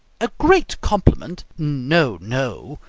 a great compliment no, no!